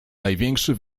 największy